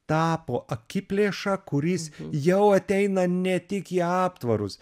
tapo akiplėša kuris jau ateina ne tik į aptvarus